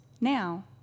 now